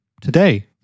today